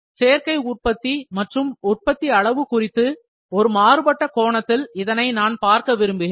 சேர்க்கை உற்பத்தி மற்றும் உற்பத்தி அளவு குறித்து ஒரு மாறுபட்ட கோணத்தில் இதனை நான் பார்க்க விரும்புகிறேன்